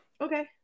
Okay